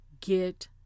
get